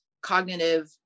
cognitive